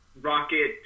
Rocket